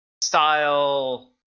style